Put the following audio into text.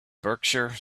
berkshire